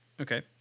okay